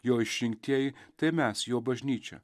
jo išrinktieji tai mes jo bažnyčia